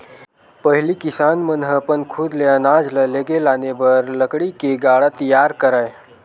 पहिली किसान मन ह अपन खुद ले अनाज ल लेगे लाने बर लकड़ी ले गाड़ा तियार करय